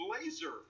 blazer